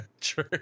True